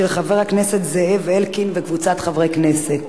של חבר הכנסת זאב אלקין וקבוצת חברי הכנסת.